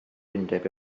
undeb